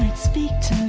speak to